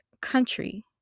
country